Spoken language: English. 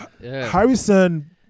Harrison